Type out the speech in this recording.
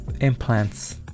implants